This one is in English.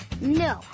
No